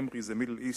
MEMRI, Middle East